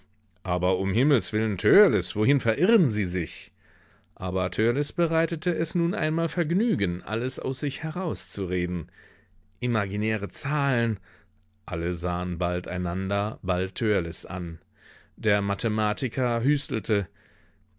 aber um himmelswillen törleß wohin verirren sie sich aber törleß bereitete es nun einmal vergnügen alles aus sich herauszureden imaginäre zahlen alle sahen bald einander bald törleß an der mathematiker hüstelte